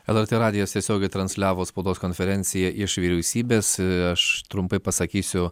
lrt radijas tiesiogiai transliavo spaudos konferenciją iš vyriausybės aš trumpai pasakysiu